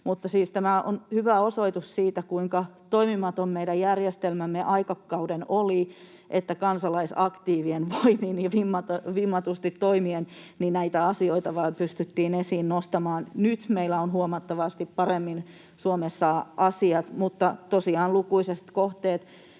Tämä on siis hyvä osoitus siitä, kuinka toimimaton meidän tuon aikakauden järjestelmämme oli, että vain kansalaisaktiivien voimin ja vimmatusti toimien näitä asioita pystyttiin esiin nostamaan. Nyt meillä ovat huomattavasti paremmin Suomessa asiat, mutta tosiaan on lukuisia kohteita,